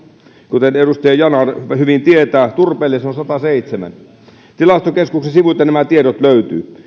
kuten edustaja yanar hyvin tietää turpeella se on sadannenseitsemännen tilastokeskuksen sivuilta nämä tiedot löytyvät